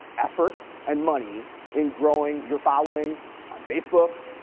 effort, and money in growing your following on facebook,